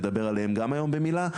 נדבר עליהם גם היום במילה,